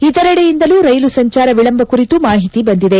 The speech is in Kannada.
ಇತರೆಡೆಯಿಂದಲೂ ರೈಲು ಸಂಚಾರ ವಿಳಂಬ ಕುರಿತು ಮಾಹಿತಿ ಬಂದಿದೆ